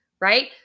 right